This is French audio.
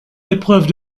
épreuves